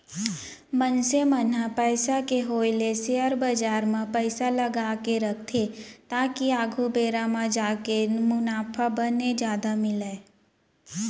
मनसे मन ह पइसा के होय ले सेयर बजार म पइसा लगाके रखथे ताकि आघु बेरा म जाके मुनाफा बने जादा मिलय